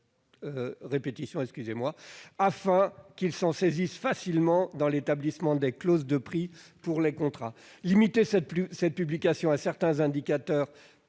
afin qu'ils s'en saisissent facilement pour l'établissement des clauses de prix dans tel ou tel contrat. Limiter cette publication à certains indicateurs